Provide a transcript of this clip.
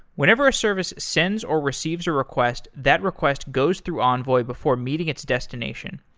whenever a service sends or receives a request, that request goes through envoy before meeting its destination.